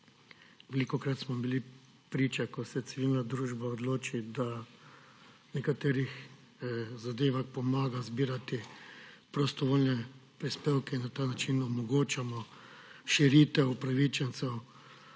Velikokrat smo bili priča, ko se civilna družba odloči, da v nekaterih zadevah pomaga zbirati prostovoljne prispevke, in na ta način omogočamo širitev upravičencev,